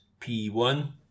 P1